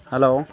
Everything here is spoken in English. hello